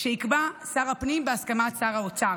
שיקבע שר הפנים בהסכמת שר האוצר,